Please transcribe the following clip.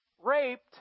raped